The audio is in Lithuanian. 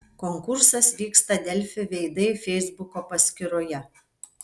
konkursas vyksta delfi veidai feisbuko paskyroje